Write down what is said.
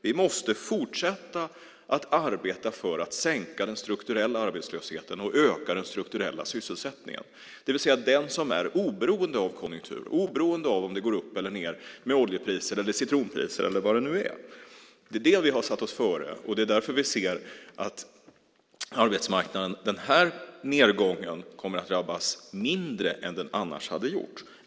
Vi måste fortsätta att arbeta för att sänka den strukturella arbetslösheten och öka den strukturella sysselsättningen, det vill säga den som är oberoende av konjunkturen - oberoende av om oljepriser eller citronpriser går upp eller ned. Det är detta vi har satt oss före, och därför ser vi nu att den här nedgången kommer att drabba arbetsmarknaden mindre än annars.